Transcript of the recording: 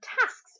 tasks